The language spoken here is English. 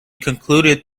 concluded